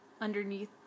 underneath